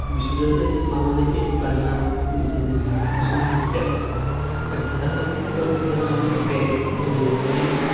یُس زن أسۍ پانہٕ ٲسۍ بناوان زِنِس زِنِس پٮ۪ٹھ أسۍ ہسا ٲسۍ بناوان گرِ دوٗر أکِس